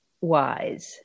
wise